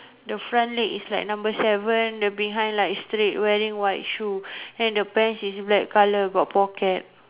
the front leg is like number seven the behind like straight wearing white shoe then the pants is black colour got pocket